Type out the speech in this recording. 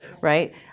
right